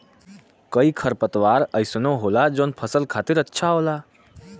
कई खरपतवार अइसनो होला जौन फसल खातिर अच्छा होला